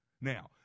Now